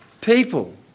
people